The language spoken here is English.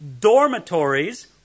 dormitories